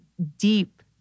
deep